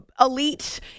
elite